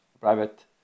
private